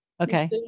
Okay